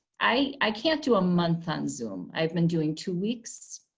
i can't do a month on zoom, i've been doing two weeks.